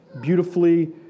beautifully